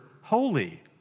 holy